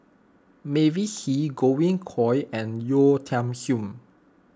Mavis Hee Godwin Koay and Yeo Tiam Siew